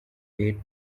aid